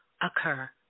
occur